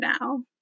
now